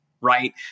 Right